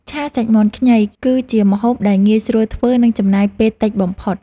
ឆាសាច់មាន់ខ្ញី គឺជាម្ហូបដែលងាយស្រួលធ្វើ និងចំណាយពេលតិចបំផុត។